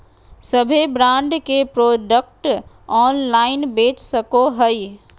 सभे ब्रांड के product online बेच सको हइ